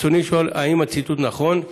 ברצוני לשאול: 1. האם הציטוט נכון?